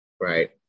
right